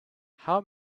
have